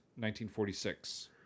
1946